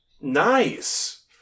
Nice